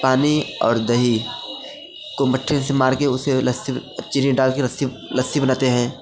पानी और दही को मट्ठे से मार कर उसे लस्सी चीनी डाल के लस्सी लस्सी बनाते हैं